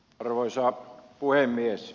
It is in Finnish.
arvoisa puhemies